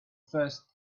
first